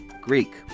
Greek